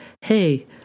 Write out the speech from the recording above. hey